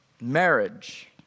marriage